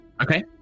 Okay